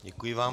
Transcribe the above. Děkuji vám.